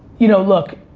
you know, look,